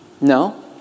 No